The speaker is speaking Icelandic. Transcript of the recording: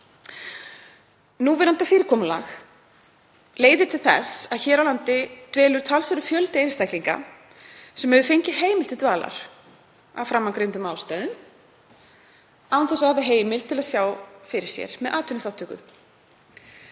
Núverandi fyrirkomulag leiðir til þess að hér á landi dvelur talsverður fjöldi einstaklinga sem hefur fengið heimild til dvalar af framangreindum ástæðum án þess að hafa heimild til að sjá fyrir sér með atvinnuþátttöku.